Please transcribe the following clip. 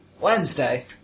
Wednesday